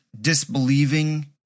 disbelieving